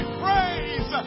praise